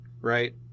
right